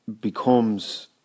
becomes